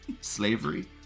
Slavery